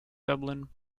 dublin